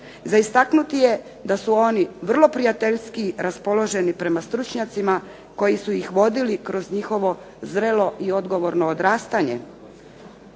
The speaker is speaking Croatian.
Za istaknuti je da su oni vrlo prijateljski raspoloženi prema stručnjacima koji su ih vodili kroz njihovo zrelo i odgovorno odrastanje,